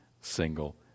single